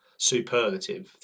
superlative